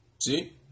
See